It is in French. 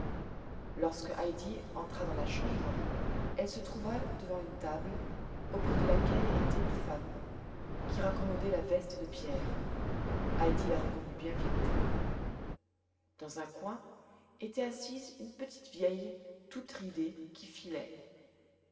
lorsque heidi entra dans la chambre elle se trouva devant une table auprès de laquelle était une femme qui raccommodait la veste de pierre heidi la reconnut bien vite dans un coin était assise une petite vieille toute ridée qui filait